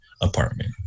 apartment